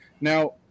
Now